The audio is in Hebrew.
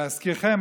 להזכירכם,